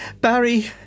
Barry